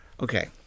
Okay